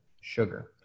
Sugar